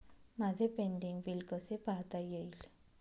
माझे pending bill कसे पाहता येईल?